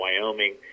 Wyoming